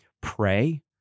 Pray